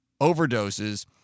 overdoses